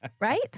right